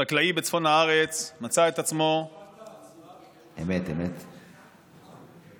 חקלאי בצפון הארץ, מצא את עצמו, אמת, אמת.